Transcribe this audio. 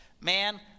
man